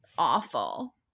awful